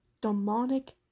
demonic